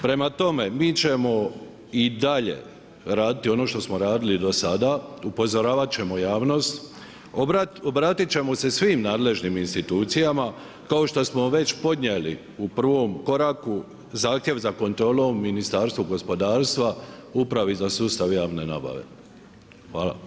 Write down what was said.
Prema tome, mi ćemo i dalje raditi ono što smo radili do sada, upozoravat ćemo javnost, obratit ćemo se svim nadležnim institucijama kao što smo već podnijeli u prvom koraku zahtjev za kontrolom Ministarstvu gospodarstva, Upravi za sustav javne nabave.